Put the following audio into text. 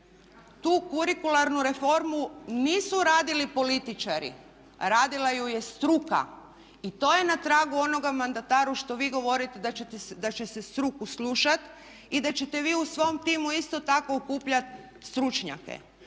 Tu kurikularnu reformu nisu radili političari, radila ju je struka. I to je na tragu onoga mandataru onoga što vi govorite da će se struku slušati i da ćete vi u svom timu isto tako okupljati stručnjake.